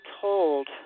told